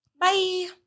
Bye